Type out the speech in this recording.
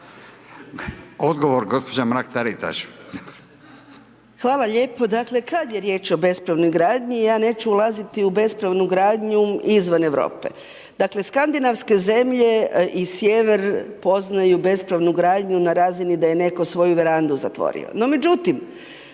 **Mrak-Taritaš, Anka (GLAS)** Hvala lijepo. Dakle, kada je riječ o bespravnoj gradnji, ja neću ulaziti u bespravnu gradnju izvan Europe, dakle, Skandinavske zemlje i sjever poznaju bespravnu gradnju na razini da je netko svoju verandu zatvorio.